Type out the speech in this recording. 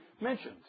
mentions